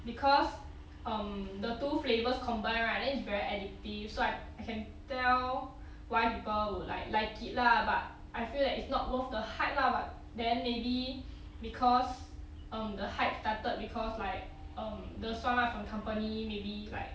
because um the two flavours combine right then it's very addictive so I can tell why people would like like it lah but I feel that it's not worth the hype lah but then maybe because um the hype started because like um the 酸辣粉 company maybe like